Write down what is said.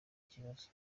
kibazo